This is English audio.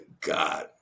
God